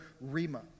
rima